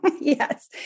Yes